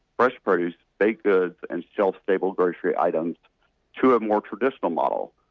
for spurs, they could and shelf stable grocery items to a more traditional model.